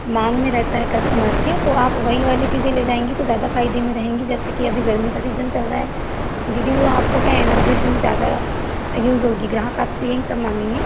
मांग में रहता है कस्टमर्स के तो आप वही वाली चीज़ें ले जाएंगी तो ज़्यादा फ़ायदे में रहेंगी जैसे कि अभी गर्मी का सीज़न चल रहा है दीदी तो आपको क्या है एनर्जी ड्रिंक ज़्यादा यूज़ होंगी ग्राहक आपसे यही सब मांगेंगे